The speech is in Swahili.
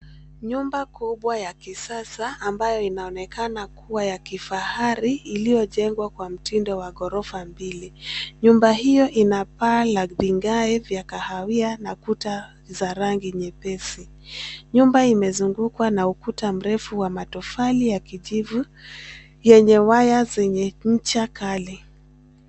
Nyumba kubwa ya kisasa ambayo inaonekana kuwa ya kifahari iliyojengwa kwa mtindo wa ghorofa mbili. Nyumba hiyo ina paa la vigae vya kahawia na kuta za rangi nyepesi. Nyumba imezungukwa na ukuta mrefu wa matofali ya kijivu yenye waya zenye ncha kali.